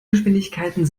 geschwindigkeiten